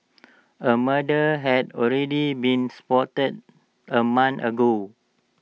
A murder had already been spotted A month ago